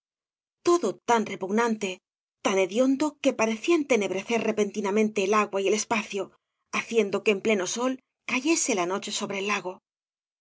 todo tan repugnante tan hediondo que parecía entenebrecer repentinamente el agua y el espacio haciendo que en pleno sol cayese la noche sobre el lago